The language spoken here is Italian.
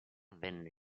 venne